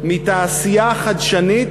מתעשייה חדשנית,